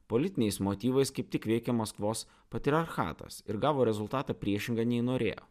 politiniais motyvais kaip tik veikia maskvos patriarchatas ir gavo rezultatą priešingą nei norėjo